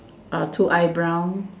two eyebrow